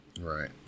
Right